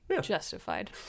justified